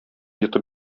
йотып